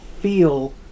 feel